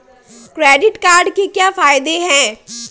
Credit card के क्या फायदे हैं?